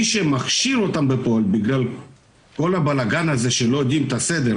מי שמכשיר אותם בגלל כל הבלגן הזה לא יודעים את הסדר,